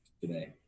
today